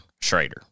Schrader